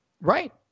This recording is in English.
Right